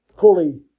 Fully